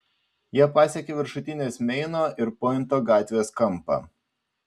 jie pasiekė viršutinės meino ir pointo gatvės kampą